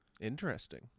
Interesting